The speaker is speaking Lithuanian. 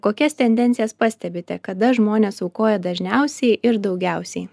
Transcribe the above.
kokias tendencijas pastebite kada žmonės aukoja dažniausiai ir daugiausiai